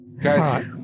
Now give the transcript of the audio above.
Guys